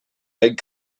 head